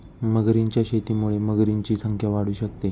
मगरींच्या शेतीमुळे मगरींची संख्या वाढू शकते